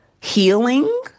healing